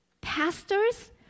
Pastors